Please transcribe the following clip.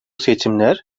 seçimler